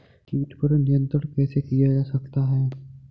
कीट पर नियंत्रण कैसे किया जा सकता है?